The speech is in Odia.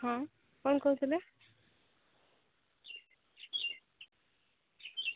ହଁ କ'ଣ କହୁଥିଲେ